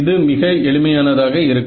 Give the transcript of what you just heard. இது மிக எளிமையானதாக இருக்கும்